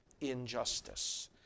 injustice